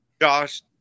Josh